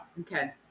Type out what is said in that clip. Okay